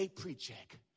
pre-check